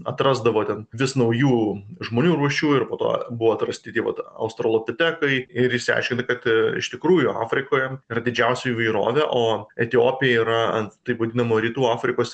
atrasdavo ten vis naujų žmonių rūšių ir po to buvo atrasti tie vat australopitekai ir išsiaiškinta kad iš tikrųjų afrikoje yra didžiausia įvairovė o etiopija yra taip vadinama rytų afrikos